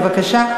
בבקשה.